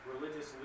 religious